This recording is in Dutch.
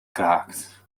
kraakt